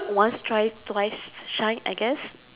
once try twice shy I guess